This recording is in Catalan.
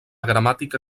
gramàtica